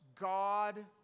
God